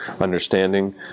understanding